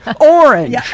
orange